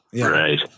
Right